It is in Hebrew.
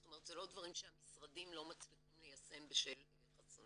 זאת אומרת אלה לא דברים שהמשרדים לא מצליחים ליישם בשל חסמים.